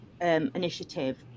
initiative